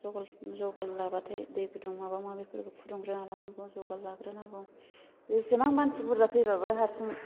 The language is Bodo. जगार लाबाथाय दै गुदुं माबा माबिफोरखौ फुदुंग्रोनानै लानांगौ जगार लाग्रोनांगौ एसेबां मानसि बुरजा फैबाबो हारसिं